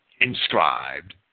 inscribed